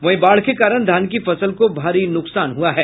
वहीं बाढ़ के कारण धान की फसल को भारी नुकसान हुआ है